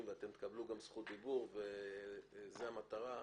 ואתם תקבלו גם זכות דיבור וזו המטרה,